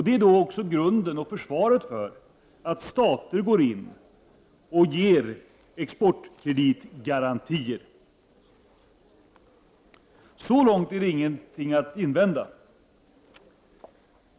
Det är grunden till och försvaret för att stater går in och ger exportkreditgarantier. Så långt finns inget att invända.